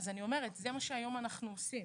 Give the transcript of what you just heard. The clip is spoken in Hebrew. אני אומרת שזה מה שאנחנו עושים היום.